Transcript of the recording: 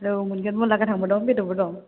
औ मोनगोन मुला गोथांबो दं बेदरबो दं